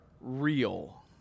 real